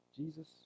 Jesus